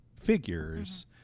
figures